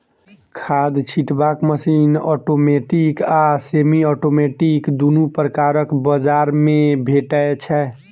खाद छिटबाक machine automatic आ सेमी औटोमेटिक दुनू प्रकारक बजार मे भेटै छै